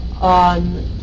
on